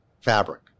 fabric